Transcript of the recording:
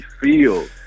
feel